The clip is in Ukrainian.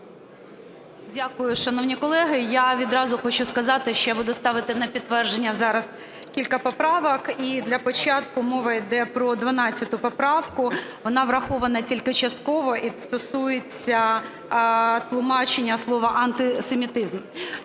Дякую, шановні колеги. Я відразу хочу сказати, що я буду ставити на підтвердження зараз кілька поправок. І для початку мова йде про 12 поправку. Вона врахована тільки частково і стосується тлумачення слова "антисемітизм".